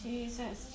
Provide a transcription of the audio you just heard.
Jesus